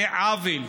זה עוול.